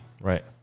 Right